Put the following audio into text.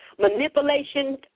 manipulation